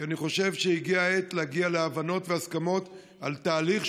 כי אני חושב שהגיעה העת להגיע להבנות והסכמות על תהליך,